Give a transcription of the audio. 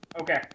Okay